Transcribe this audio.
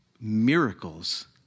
miracles